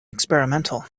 experimental